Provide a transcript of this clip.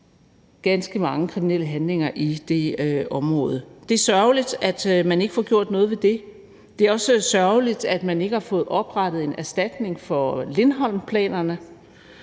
ganske mange kriminelle handlinger i det område. Det er sørgeligt, at man ikke får gjort noget ved det. Det er også sørgeligt, at man ikke har fået oprettet en erstatning for Lindholmplanerne.